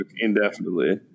indefinitely